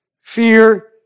Fear